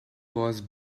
was